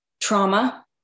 trauma